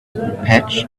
patch